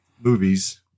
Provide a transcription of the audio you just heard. movies